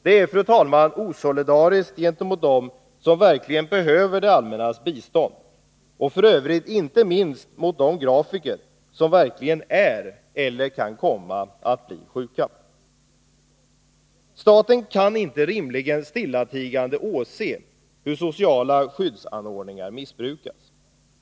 Det är, fru talman, osolidariskt gentemot dem som verkligen behöver det allmännas bistånd och f. ö. inte minst mot de grafiker som verkligen är eller kan komma att bli sjuka. Staten kan rimligen inte stillatigande åse hur sociala skyddsanordningar missbrukas.